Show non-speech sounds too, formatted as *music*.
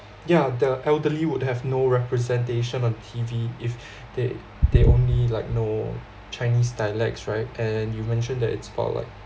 yeah the elderly would have no representation on T_V if *breath* they they only like know chinese dialects right and you mentioned that it's taught like